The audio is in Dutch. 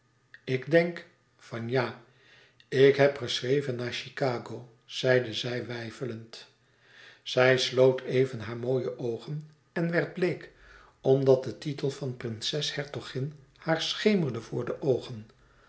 ik denk van ja ik heb geschreven naar chicago zeide zij weifelend zij sloot even haar mooie oogen en werd bleek omdat de titel van prinses hertogin haar schemerde voor de oogen